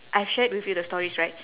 I've shared with you the stories right